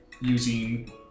using